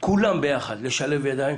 כולם ביחד לשלב ידיים